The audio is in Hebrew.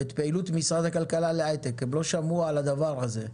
הם לא שמעו על הדבר הזה.